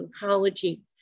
oncology